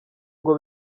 ngo